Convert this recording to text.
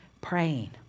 praying